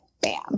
bam